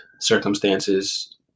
circumstances